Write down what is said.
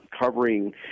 covering